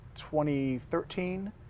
2013